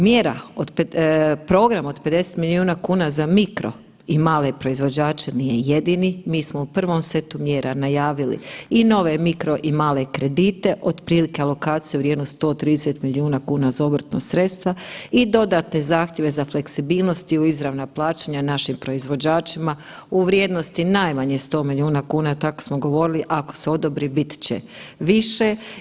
Mjera od, program od 50 milijuna kuna za mikro i male proizvođače nije jedini, mi smo u prvom setu mjera najavili i nove mikro i male kredite otprilike alokacije u vrijednosti 130 milijuna kuna za obrtna sredstva i dodatne zahtjeve za fleksibilnosti u izravna plaćanja našim proizvođačima u vrijednosti najmanje 100 milijuna kuna, tako smo govorili, ako se odobri bit će više.